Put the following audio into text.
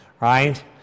right